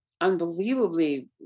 unbelievably